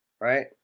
right